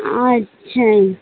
আচ্ছা